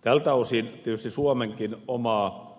tältä osin tietysti suomenkin omaa